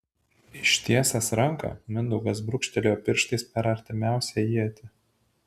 ištiesęs ranką mindaugas brūkštelėjo pirštais per artimiausią ietį